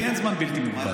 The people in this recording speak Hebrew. לי אין זמן בלתי מוגבל.